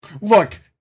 look